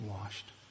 washed